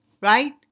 right